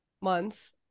months